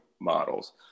models